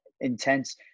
intense